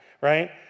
right